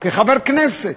כחבר כנסת.